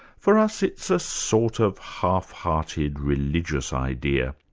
for us it's a sort of half-hearted religious idea.